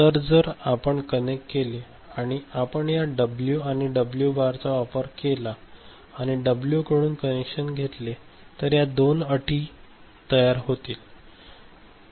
तर जर आपण कनेक्ट केले आणि आपण या डब्ल्यू आणि डब्ल्यू बारचा वापर केला आणि डब्ल्यू कडून कनेक्शन घेतले तर या दोन अटी तयार होतील